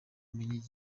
bumenyi